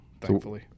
thankfully